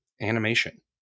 animation